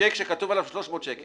צ'ק שכתוב עליו 300 שקל,